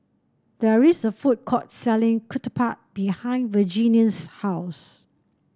there is a food court selling Ketupat behind Virginia's house